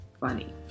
Funny